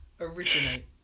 originate